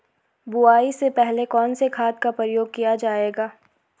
बुआई से पहले कौन से खाद का प्रयोग किया जायेगा?